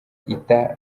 ita